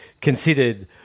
considered